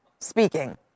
speaking